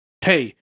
hey